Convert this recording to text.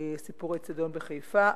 סיפור האיצטדיון בחיפה,